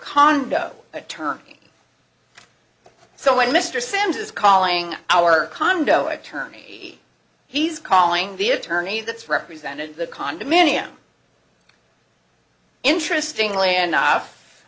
condo attorney so when mr sands is calling our condo attorney he's calling the attorney that's represented the condominium interesting la